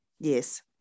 Yes